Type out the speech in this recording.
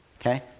Okay